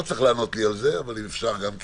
לא צריך לענות לי על זה, אבל אפשר אם רוצים.